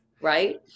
Right